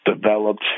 developed